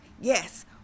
Yes